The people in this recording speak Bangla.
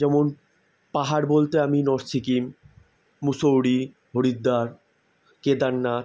যেমন পাহাড় বলতে আমি নর্থ সিকিম মুসৌরি হরিদ্বার কেদারনাথ